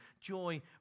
joy